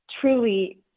truly